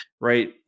right